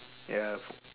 ya